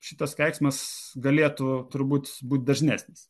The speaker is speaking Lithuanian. šitas keiksmas galėtų turbūt būti dažnesnis